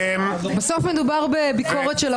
(חבר הכנסת יוראי להב יוצא מחדר